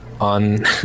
on